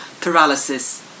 paralysis